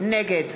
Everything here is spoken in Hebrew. נגד